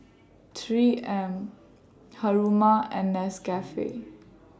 three M Haruma and Nescafe